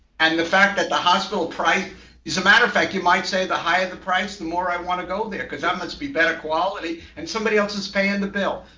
and the fact that the hospital price as a matter of fact, you might say, the higher the price, the more i want to go there. because that must be better quality. and somebody else is paying the bill.